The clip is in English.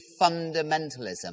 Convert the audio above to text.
fundamentalism